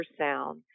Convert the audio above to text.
ultrasound